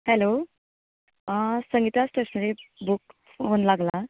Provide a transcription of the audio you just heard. hello Sangeeta stationery book phone लागला